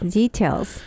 details